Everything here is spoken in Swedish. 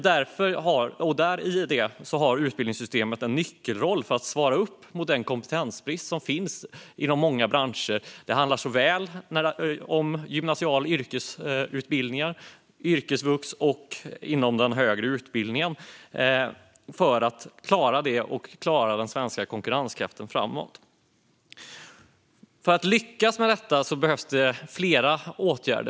Där har utbildningssystemet en nyckelroll för att vi ska kunna svara upp mot den kompetensbrist som finns i många branscher. Det handlar såväl om gymnasiala yrkesutbildningar och yrkesvux som om den högre utbildningen för att vi ska klara detta och klara den svenska konkurrenskraften framåt. För att lyckas med detta behövs flera åtgärder.